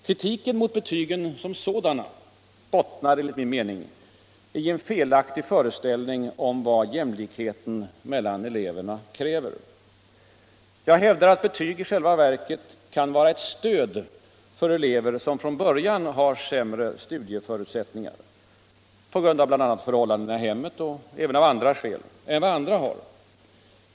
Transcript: Kritiken mot betygen som sådana bottnar enligt min mening i en felaktig föreställning om vad jämlikheten mellan eleverna kräver. Jag hävdar att betyg i själva verket kan vara ett stöd för elever som från början 89 har sämre studieförutsättningar — på grund av förhållandena i hemmet och även av andra skäl — än andra har.